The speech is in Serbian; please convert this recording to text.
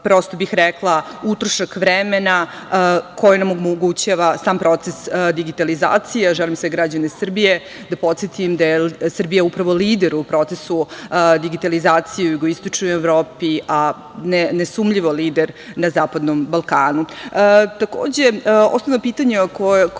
prosto bih rekla, utrošak vremena koji nam omogućava sam proces digitalizacije. Želim sve građane Srbije da podsetim, da je Srbija upravo lider u procesu digitalizaciju jugoistočnoj Evropi, a nesumnjivo lider na Zapadnom Balkanu. Takođe,